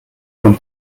von